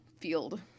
field